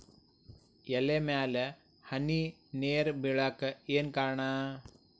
ಎಲೆ ಮ್ಯಾಲ್ ಹನಿ ನೇರ್ ಬಿಳಾಕ್ ಏನು ಕಾರಣ?